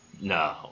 No